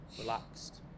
relaxed